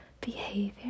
behavior